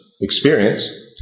experience